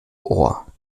ohr